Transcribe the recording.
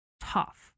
tough